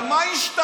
אבל מה השתנה?